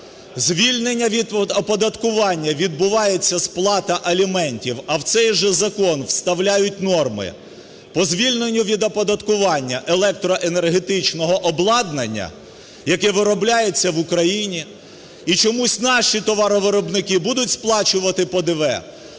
звільнення від оподаткування відбувається сплата аліментів, а у цей же закон вставляють норми по звільненню від оподаткування електроенергетичного обладнання, яке виробляється в Україні. І чомусь наші товаровиробники будуть сплачувати ПДВ,